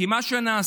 כי מה שנעשה,